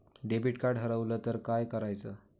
Debit card हरवल तर काय करायच?